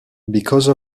because